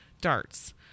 darts